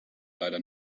leider